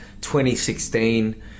2016